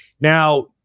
Now